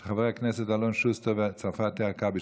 של חברי כנסת אלון שוסטר ומטי צרפתי הרכבי,